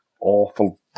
awful